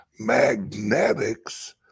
magnetics